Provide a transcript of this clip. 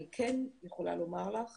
אני כן יכולה לומר לך